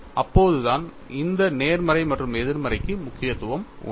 அப்போதுதான் இந்த நேர்மறை மற்றும் எதிர்மறைக்கு முக்கியத்துவம் உண்டு